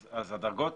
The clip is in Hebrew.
אז התקינה